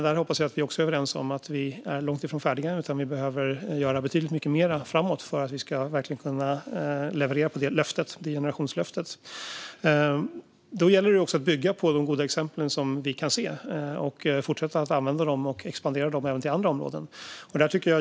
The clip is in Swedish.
Där hoppas jag att vi också är överens om att vi är långt ifrån färdiga utan behöver göra betydligt mycket mer framåt för att vi verkligen ska kunna leverera på det generationslöftet. Då gäller det att bygga på de goda exempel som vi kan se, att fortsätta använda dem och att expandera dem även till andra områden.